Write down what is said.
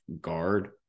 guard